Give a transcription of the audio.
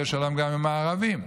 יהיה שלום גם עם הערבים.